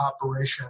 Operation